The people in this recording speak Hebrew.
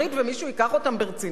ומישהו ייקח אותם ברצינות.